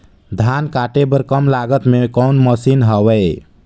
धान काटे बर कम लागत मे कौन मशीन हवय?